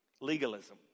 legalism